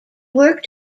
worked